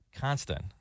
Constant